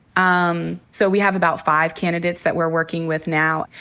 um so we have about five candidates that we're working with now.